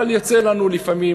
אבל יוצא לנו לפעמים,